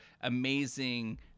amazing –